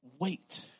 wait